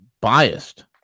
biased